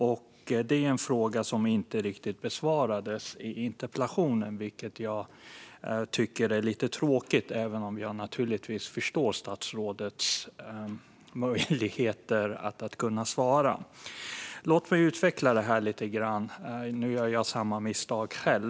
Och det är en fråga som inte riktigt besvarades i interpellationssvaret, vilket jag tycker är lite tråkigt, även om jag naturligtvis förstår statsrådets möjligheter att svara. Låt mig utveckla detta lite grann. Nu gör jag själv samma misstag.